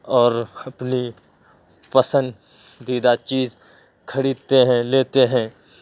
اور اپنی پسندیدہ چیز خریدتے ہیں لیتے ہیں